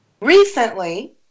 Recently